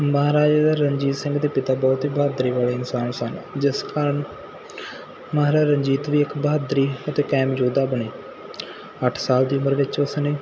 ਮਹਾਰਾਜਾ ਦਾ ਰਣਜੀਤ ਸਿੰਘ ਦੇ ਪਿਤਾ ਬਹੁਤ ਹੀ ਬਹਾਦਰੀ ਵਾਲੇ ਇਨਸਾਨ ਸਨ ਜਿਸ ਕਾਰਨ ਮਹਾਰਾਜਾ ਰਣਜੀਤ ਵੀ ਇੱਕ ਬਹਾਦਰੀ ਅਤੇ ਕਾਇਮ ਯੋਧਾ ਬਣੇ ਅੱਠ ਸਾਲ ਦੀ ਉਮਰ ਵਿੱਚ ਉਸ ਨੇ